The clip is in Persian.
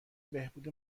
بهبود